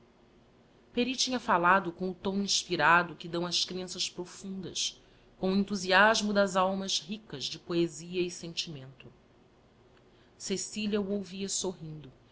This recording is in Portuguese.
pery tinha fallado com o tom inspn ado que dão as crenças profundas com o enthusiasmo das almas ricas de poesia e sentimento cecilia o ouvia sorrindo